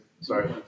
Sorry